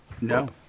No